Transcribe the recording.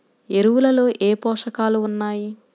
ఎరువులలో ఏ పోషకాలు ఉన్నాయి?